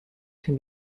can